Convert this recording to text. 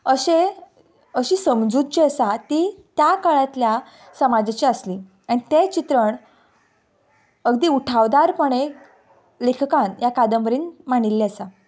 अशें अशी समजूत जी आसा ती त्या काळांतल्या समाजाची आसली एन तें चित्रण अगदी उठावदारपणे लेखकान ह्या कादंबरीन मांडिल्लें आसा